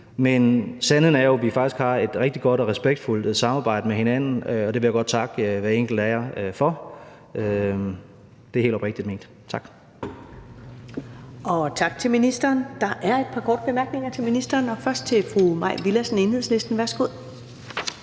men sandheden er jo, at vi faktisk har et rigtig godt og respektfuldt samarbejde med hinanden, og det vil jeg godt takke hver enkelt af jer for. Det er helt oprigtigt ment. Tak.